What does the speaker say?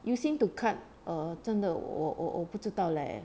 using to cut err 真的我我不知道 leh